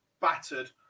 battered